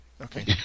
Okay